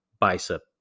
bicep